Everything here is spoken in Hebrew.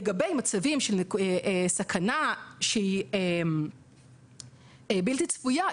לגבי מצבים נקודתיים של סכנה בלתי צפויה,